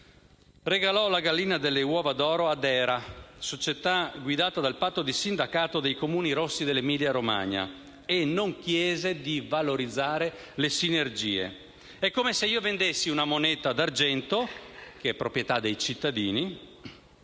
Regalò la gallina dalle uova d'oro alla società Era, guidata dal patto di sindacato dei comuni rossi dell'Emilia-Romagna, e non chiese di valorizzare le sinergie. È come se vendessi una moneta d'argento, proprietà dei cittadini,